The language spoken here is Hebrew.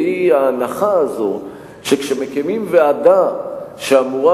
והיא ההנחה הזו שכשמקימים ועדה שאמורה